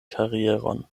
karieron